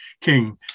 king